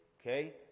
Okay